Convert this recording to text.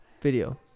video